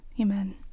amen